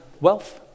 wealth